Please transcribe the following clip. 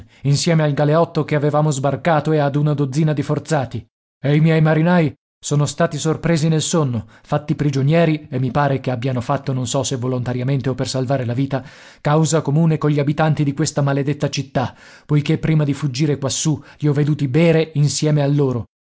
insieme al galeotto che avevamo sbarcato e ad una dozzina di forzati ed i miei marinai sono stati sorpresi nel sonno fatti prigionieri e mi pare che abbiano fatto non so se volontariamente o per salvare la vita causa comune cogli abitanti di questa maledetta città poiché prima di fuggire quassù li ho veduti bere insieme a loro